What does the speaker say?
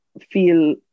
feel